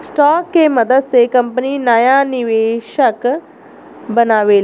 stock के मदद से कंपनी नाया निवेशक बनावेला